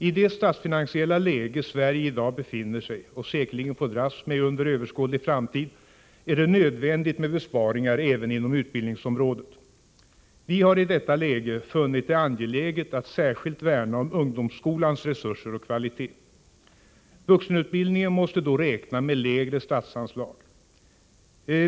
I det statsfinansiella läge Sverige i dag befinner sig i och säkerligen får dras med i överskådlig framtid, är det nödvändigt med besparingar även inom utbildningsområdet. Vi har i detta läge funnit det angeläget att särskilt värna om ungdomsskolans resurser och kvalitet. Vuxenutbildningen måste då räkna med lägre statsanslag.